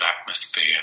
atmosphere